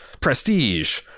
prestige